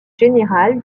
général